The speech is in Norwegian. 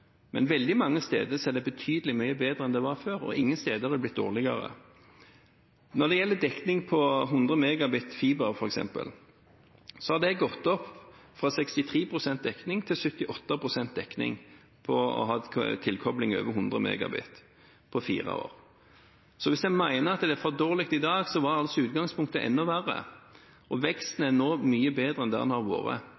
men veldig mange steder er det betydelig mye bedre enn det var før, og ingen steder har det blitt dårligere. Når det gjelder dekning på 100 megabyte fiber, f.eks., har det gått opp fra 63 pst. dekning til 78 pst. dekning på tilkobling over 100 megabyte på fire år. Hvis en mener at det er for dårlig i dag, var utgangspunktet enda verre, og veksten